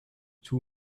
two